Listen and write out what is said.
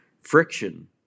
friction